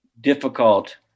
difficult